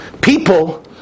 people